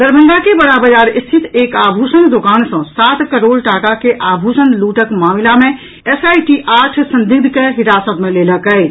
दरभंगा के बड़ा बाजार स्थित एक आभूषण दोकान सँ सात करोड़ टाका के आभूषण लूटक मामिला मे एसआईटी आठ संदिग्ध के हिरासत मे लेलक अछि